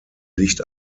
licht